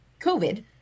COVID